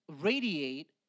radiate